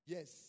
Yes